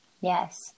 Yes